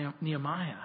Nehemiah